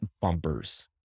bumpers